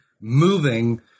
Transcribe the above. moving